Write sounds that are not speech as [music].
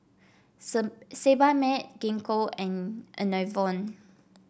[unintelligible] Sebamed Gingko and Enervon